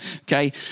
Okay